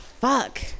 Fuck